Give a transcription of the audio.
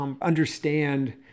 understand